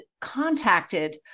contacted